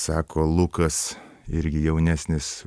sako lukas irgi jaunesnis